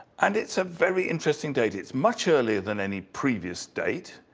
and it's a very interesting date, it's much earlier than any previous date.